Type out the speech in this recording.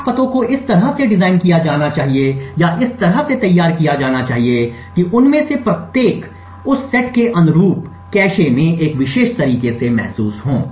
8 पतों को इस तरह से डिज़ाइन किया जाना चाहिए या इस तरह से तैयार किया जाना चाहिए कि उनमें से प्रत्येक उस सेट के अनुरूप कैश में एक विशेष तरीके से महसूस हो